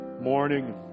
morning